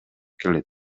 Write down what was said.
келет